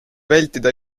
vältida